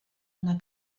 una